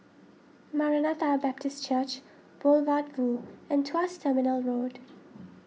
Maranatha Baptist Church Boulevard Vue and Tuas Terminal Road